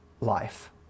life